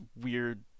weird